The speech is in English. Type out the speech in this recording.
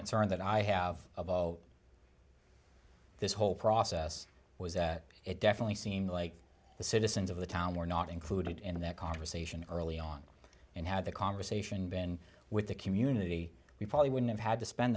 concerned that i have of all this whole process was that it definitely seemed like the citizens of the town were not included in that conversation early on and had the conversation been with the community we probably wouldn't have had to spend